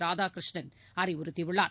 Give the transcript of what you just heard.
ராதாகிருஷ்ணன் அறிவுறுத்தியுள்ளார்